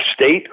State